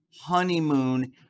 honeymoon